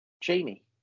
jamie